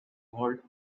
called